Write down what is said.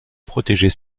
protéger